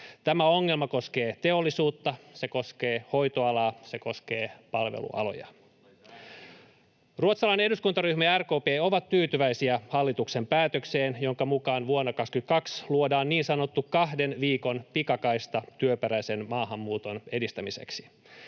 Tämä ongelma koskee teollisuutta, se koskee hoitoalaa, se koskee palvelualoja. [Perussuomalaisten ryhmästä: Muttei säätiöitä!] Ruotsalainen eduskuntaryhmä ja RKP ovat tyytyväisiä hallituksen päätökseen, jonka mukaan vuonna 2022 luodaan niin sanottu kahden viikon pikakaista työperäisen maahanmuuton edistämiseksi.